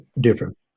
different